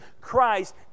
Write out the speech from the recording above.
Christ